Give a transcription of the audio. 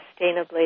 sustainably